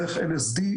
דרך LSD,